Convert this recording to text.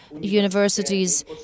universities